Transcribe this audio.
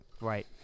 Right